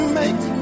make